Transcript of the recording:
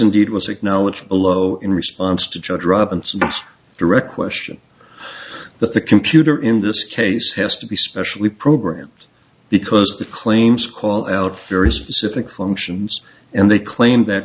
indeed was acknowledged below in response to judge robinson direct question that the computer in this case has to be specially program because the claims call out very specific functions and they claim that